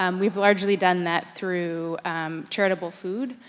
um we've largely done that through charitable food,